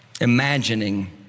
imagining